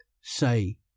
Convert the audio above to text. Say